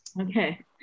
okay